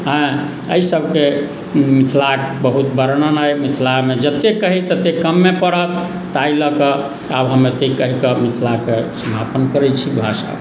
हँ एहि सभके मिथिलाक बहुत वर्णन अछि मिथिलामे जतेक कही ततेक कम्मे पड़त ताहि लकऽ आब हम एतेक कहि कऽ मिथलाके समापन करैत छी भाषण